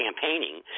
campaigning